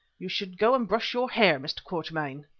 you should go and brush your hair, mr. quatermain.